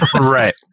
Right